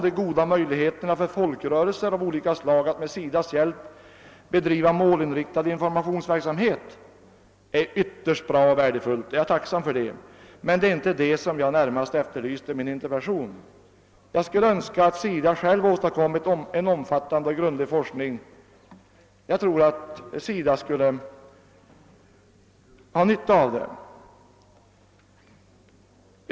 De goda möjligheter för folkrörelser av olika slag att med SIDA:s hjälp bedriva målinriktad informationsverksamhet, som utrikesministern nämner i sitt svar, var i och för sig något ytterst värdefullt men var icke vad jag efterlyste i min interpellation. Jag skulle önska att SIDA själv skulle starta en omfattande och grundlig forskning på detta område. Jag tror att SIDA skulle ha nytta därav.